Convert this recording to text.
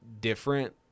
different